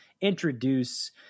introduce